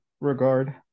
regard